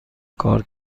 کار